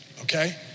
Okay